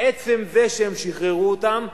עצם זה שהם שחררו אותם,